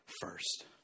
first